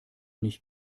nicht